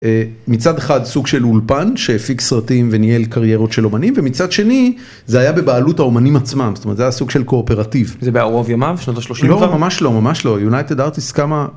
מצד אחד סוג של אולפן שהפיק סרטים וניהל קריירות של אמנים ומצד שני זה היה בבעלות האמנים עצמם, זאת אומרת זה הסוג של קואפרטיב. זה בערוב ימיו? שנות השלושים כבר? לא, ממש לא, ממש לא. United Artists